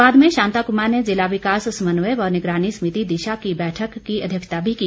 बाद में शांता कुमार ने जिला विकास समन्वय व निगरानी समिति दिशा की बैठक की अध्यक्षता भी की